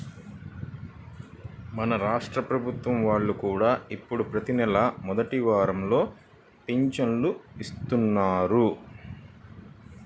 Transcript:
మన రాష్ట్ర ప్రభుత్వం వాళ్ళు కూడా ఇప్పుడు ప్రతి నెలా మొదటి వారంలోనే పింఛను ఇత్తన్నారు